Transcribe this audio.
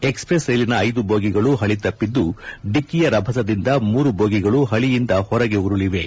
express ರೈಲಿನ ಐದು ಬೋಗಿಗಳು ಹಳಿ ತಪ್ಪಿದ್ದು ಡಿಕ್ಕಿಯ ರಭಸದಿಂದ ಮೂರು ಬೋಗಿಗಳು ಹಳಿಯಿಂದ ಹೊರಗೆ ಉರುಳಿವೆ